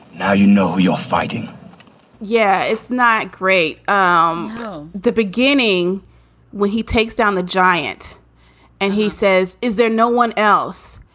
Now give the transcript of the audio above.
now, you know, you're fighting yeah, it's not great. um the beginning when he takes down the giant and he says, is there no one else?